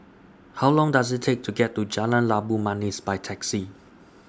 How Long Does IT Take to get to Jalan Labu Manis By Taxi